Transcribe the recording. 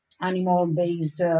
animal-based